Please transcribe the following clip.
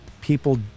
People